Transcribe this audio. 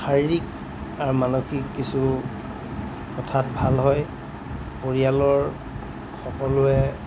শাৰীৰিক আৰু মানসিক কিছু কথাত ভাল হয় পৰিয়ালৰ সকলোৱে